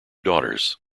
daughters